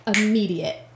immediate